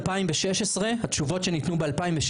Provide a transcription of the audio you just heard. התשובות שניתנו ב-2016.